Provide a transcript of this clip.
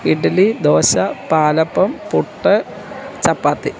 idli dosa palappam puttu ചപ്പാത്തി